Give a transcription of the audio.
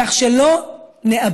וכך לא נאבד,